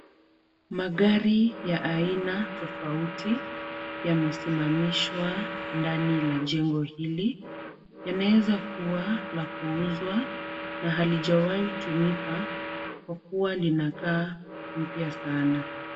Magari ya ina tofauti yamesimamishwa kwa jengo hili yanaeza kuwa la kuuzwa na halijawahi tumika kwa kuwa linakaa mpya sana.